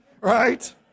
right